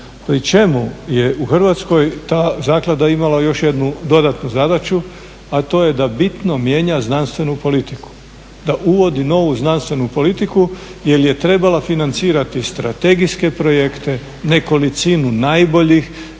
Pri čemu je u Hrvatskoj ta zaklada imala još jednu dodatnu zadaću a to je da bitno mijenja znanstvenu politiku, da uvodi novu znanstvenu politiku jer je trebala financirati strategijske projekte, nekolicinu najboljih